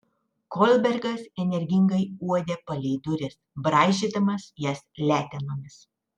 kolbergas energingai uodė palei duris braižydamas jas letenomis